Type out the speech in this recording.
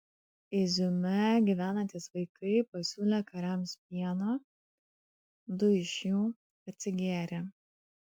iziume gyvenantys vaikai pasiūlė kariams pieno du iš jų atsigėrė